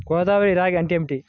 గోదావరి రాగి అంటే ఏమిటి?